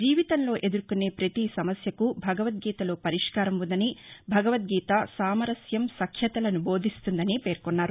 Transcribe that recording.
జీవితంలో ఎదుర్శినే పతీ సమస్యకు భగవద్దీతలో పరిష్కారం ఉందని భగవద్దీత సామరస్యం సఖ్యతలను బోధిస్తుందని పేర్కొన్నారు